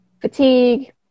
fatigue